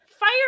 Fire